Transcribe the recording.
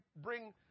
bring